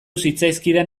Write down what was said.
zitzaizkidan